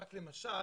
רק למשל